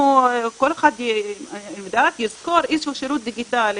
כל אחד יזכור איזה שהוא שירות דיגיטלי,